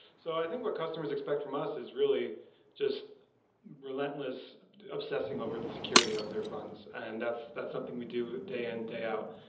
so i think what customers expect from us is really just relentless obsessing over the security of their funds, and that's that's something we do day-in, day out,